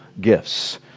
gifts